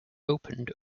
opened